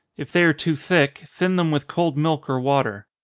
if they are too thick, thin them with cold milk or water.